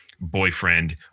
boyfriend